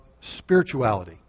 spirituality